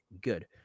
good